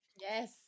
Yes